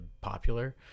popular